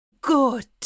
good